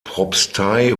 propstei